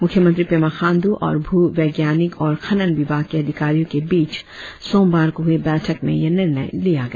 मुख्यमंत्री पेमा खाण्डू और भुवैज्ञानिक और खनन विभाग के अधिकारियों के बिच सोमवार को हुए बैठक में यह निर्णय लिया गया